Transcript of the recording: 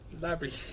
library